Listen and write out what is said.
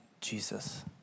Jesus